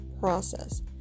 process